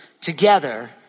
together